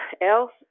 else